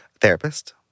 Therapist